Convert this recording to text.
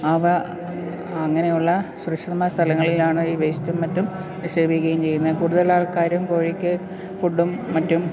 അവ അങ്ങനെയുള്ള സുരക്ഷിതമായ സ്ഥലങ്ങളിലാണ് ഈ വേസ്റ്റും മറ്റും നിക്ഷേപിക്കുകയും ച്ചെയ്യുന്നത് കൂടുതൽ ആൾക്കാരും കോഴിക്ക് ഫുഡ്ഡും മറ്റും